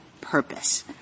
purpose